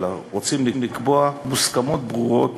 אלא רוצים לקבוע מוסכמות ברורות